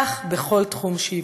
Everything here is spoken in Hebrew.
כך בכל תחום".